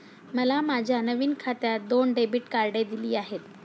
मला माझ्या नवीन खात्यात दोन डेबिट कार्डे दिली आहेत